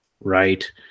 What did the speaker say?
right